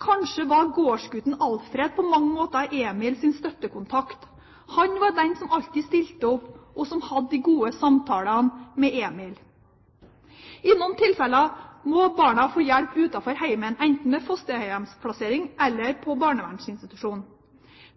Kanskje var gårdsgutten Alfred på mange måter Emils støttekontakt. Han var den som alltid stilte opp, og som hadde de gode samtalene med Emil. I noen tilfeller må barna få hjelp utenfor hjemmet, enten ved fosterhjemsplassering eller på barnevernsinstitusjon.